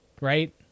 Right